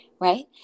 right